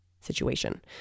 situation